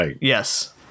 Yes